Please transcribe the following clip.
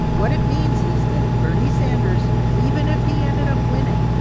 what it means is that bernie sanders, even if he ended up winning,